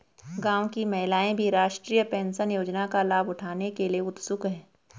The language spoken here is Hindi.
गांव की महिलाएं भी राष्ट्रीय पेंशन योजना का लाभ उठाने के लिए उत्सुक हैं